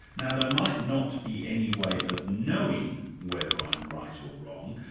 now, there might not be any way of knowing whether i'm right or wrong,